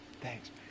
Thanks